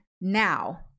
now